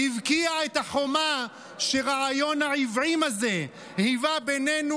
הבקיע את החומה שרעיון העוועים הזה היווה בינינו